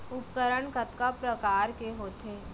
उपकरण कतका प्रकार के होथे?